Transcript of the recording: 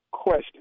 question